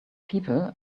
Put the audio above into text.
people